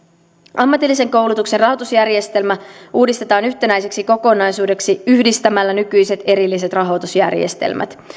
ammatillisen koulutuksen rahoitusjärjestelmä uudistetaan yhtenäiseksi kokonaisuudeksi yhdistämällä nykyiset erilliset rahoitusjärjestelmät